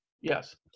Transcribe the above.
Yes